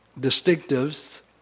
distinctives